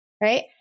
right